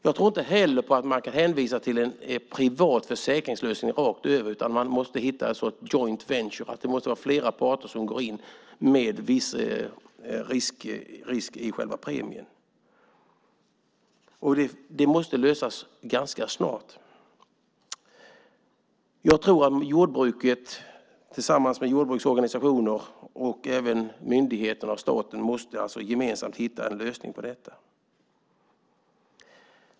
Jag tror inte heller att man kan hänvisa till en privat försäkringslösning rakt över, utan man måste hitta en sorts joint venture, att flera parter måste gå in med en viss risk i själva premien. Det måste lösas ganska snart. Jag tror att jordbruket tillsammans med jordbrukets organisationer och även myndigheterna och staten gemensamt måste hitta en lösning på detta.